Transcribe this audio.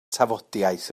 tafodiaith